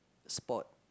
spot